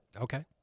Okay